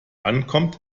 ankommt